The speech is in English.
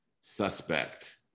suspect